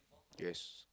yes